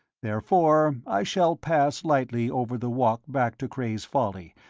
therefore i shall pass lightly over the walk back to cray's folly,